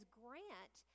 grant